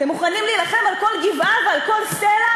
אתם מוכנים להילחם על כל גבעה ועל כל סלע,